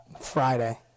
Friday